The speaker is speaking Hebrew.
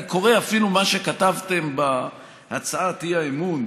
אני קורא אפילו מה שכתבתם בהצעת האי-אמון: